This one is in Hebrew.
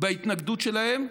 בהתנגדות שלהם,